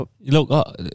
Look